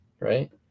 Right